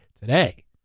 today